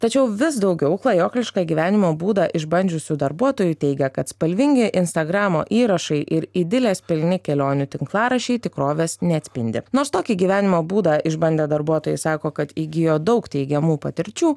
tačiau vis daugiau klajoklišką gyvenimo būdą išbandžiusių darbuotojų teigia kad spalvingi instagramo įrašai ir idilės pilni kelionių tinklaraščiai tikrovės neatspindi nors tokį gyvenimo būdą išbandę darbuotojai sako kad įgijo daug teigiamų patirčių